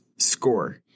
Score